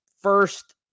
first